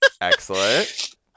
Excellent